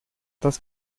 das